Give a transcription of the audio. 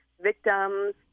victims